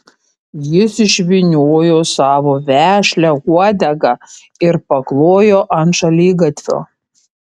jis išvyniojo savo vešlią uodegą ir paklojo ant šaligatvio